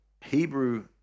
Hebrew